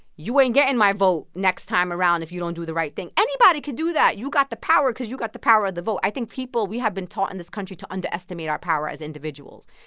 you ain't getting my vote next time around if you don't do the right thing. anybody could do that. you got the power because you got the power of the vote. i think people we have been taught in this country to underestimate our power as individuals.